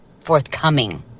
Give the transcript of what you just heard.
forthcoming